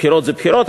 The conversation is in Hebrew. בחירות זה בחירות,